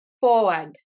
forward